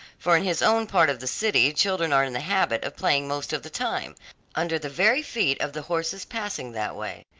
for in his own part of the city children are in the habit of playing most of the time under the very feet of the horses passing that way.